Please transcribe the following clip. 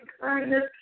kindness